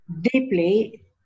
deeply